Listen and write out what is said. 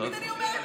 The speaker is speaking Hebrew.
תמיד אני אומרת,